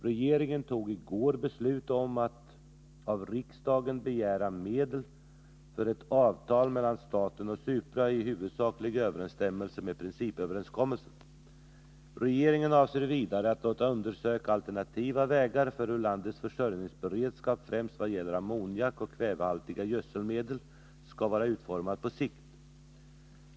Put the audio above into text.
Regeringen tog i går beslut om att av riksdagen begära medel för ett avtal mellan staten och Supra i huvudsaklig överensstämmelse med principöverenskommelsen. Regeringen avser vidare att låta undersöka alternativa vägar för hur landets försörjningsberedskap främst vad gäller ammoniak och kvävehaltiga gödselmedel skall vara utformad på sikt.